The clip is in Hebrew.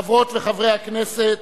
חברות וחברי הכנסת,